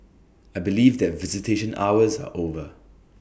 I believe that visitation hours are over